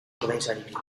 ordainsaririk